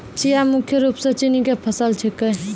चिया मुख्य रूप सॅ चीन के फसल छेकै